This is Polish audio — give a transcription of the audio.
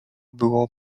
było